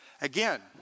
Again